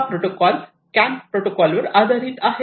हा protocol CAN protocol वर आधारित आहे